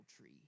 tree